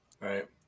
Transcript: right